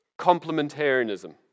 complementarianism